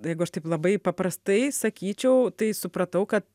jeigu aš taip labai paprastai sakyčiau tai supratau kad